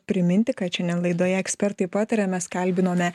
priminti kad šiandien laidoje ekspertai pataria mes kalbinome